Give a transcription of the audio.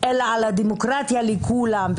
אלא דמוקרטיה לכולם,